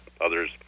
others